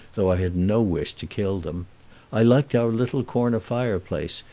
though i had no wish to kill them i liked our little corner fireplace,